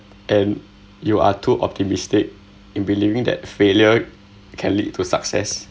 and you are too optimistic in believing that failure can lead to success